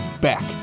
back